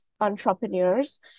entrepreneurs